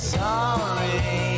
Sorry